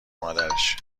مادرش